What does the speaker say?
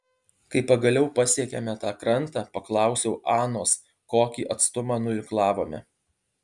kai pagaliau pasiekėme tą krantą paklausiau anos kokį atstumą nuirklavome